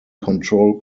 control